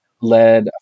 led